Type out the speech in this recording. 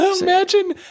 Imagine